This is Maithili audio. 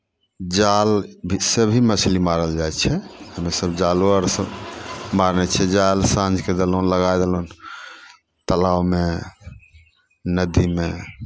जालसँ भी मछली मारल जाइ छै हमेसभ जालो आरसँ मारै छै साँझकेँ देलहुँ लगाय देलहुँ तालाबमे नदीमे